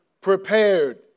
prepared